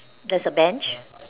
there's a bench